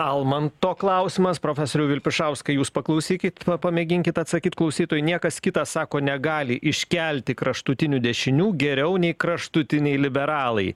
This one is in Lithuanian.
almanto klausimas profesoriau vilpišauskai jūs paklausykit pamėginkit atsakyt klausytojui niekas kitas sako negali iškelti kraštutinių dešinių geriau nei kraštutiniai liberalai